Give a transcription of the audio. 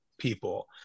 people